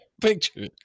Picture